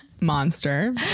monster